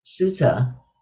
sutta